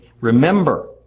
Remember